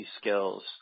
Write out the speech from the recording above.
skills